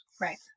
Right